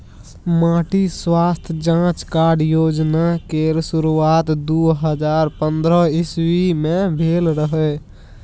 माटि स्वास्थ्य जाँच कार्ड योजना केर शुरुआत दु हजार पंद्रह इस्बी मे भेल रहय